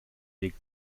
weg